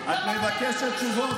אתה לא מקשיב לנו, את מבקשת תשובות?